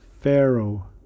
Pharaoh